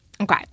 Okay